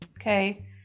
Okay